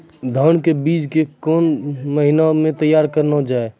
धान के बीज के बीच कौन महीना मैं तैयार करना जाए?